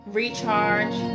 recharge